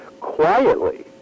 Quietly